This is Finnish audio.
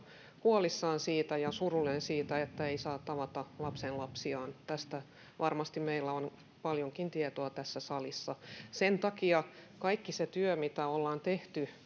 huolissaan ja surullinen siitä että ei saa tavata lapsenlapsiaan tästä varmasti on meillä paljonkin tietoa tässä salissa sen takia kaikki se työ mitä ollaan tehty